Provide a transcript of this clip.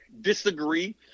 disagree